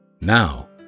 Now